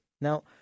Now